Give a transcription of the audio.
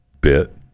bit